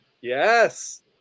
Yes